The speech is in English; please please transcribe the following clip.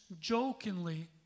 jokingly